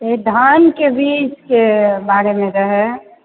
धानके बीजके बारेमे रहै